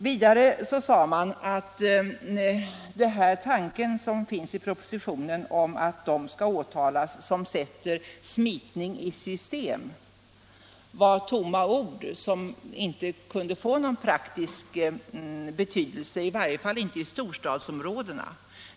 Vidare sade man att tanken i propositionen, att de skall åtalas som sätter smitning i system, var tomma ord som inte kunde få någon praktisk betydelse — i varje fall inte i storstadsområdena.